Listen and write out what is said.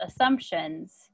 assumptions